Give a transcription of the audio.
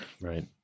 right